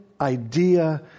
idea